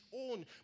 own